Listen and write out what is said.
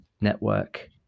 network